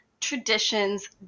traditions